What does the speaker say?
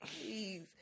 please